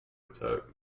attack